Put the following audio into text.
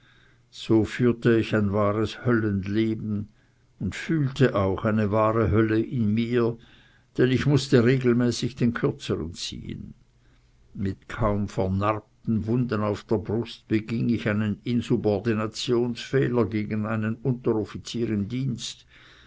so führte ich ein wahres höllenleben und fühlte auch eine wahre hölle in mir denn ich mußte regelmäßig den kürzern ziehen mit kaum vernarbten wunden auf der brust beging ich einen insubordinationsfehler gegen einen unteroffizier im dienst